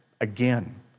again